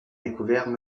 découvert